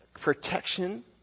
protection